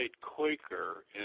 Quaker